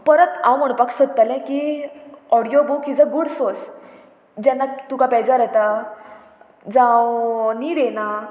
परत हांव म्हणपाक सोदतलें की audio book is a good source जेन्ना तुका पेजार येता जावं न्हीद येना